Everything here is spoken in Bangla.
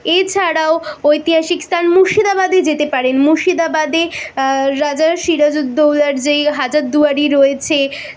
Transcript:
এছাড়াও ঐতিহাসিক স্থান মুর্শিদাবাদে যেতে পারেন মুর্শিদাবাদে রাজার সিরাজউদ্দৌলার যেই হাজারদুয়ারি রয়েছে